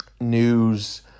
news